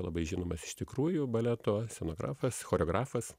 labai žinomas iš tikrųjų baleto scenografas choreografas